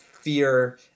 fear